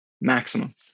maximum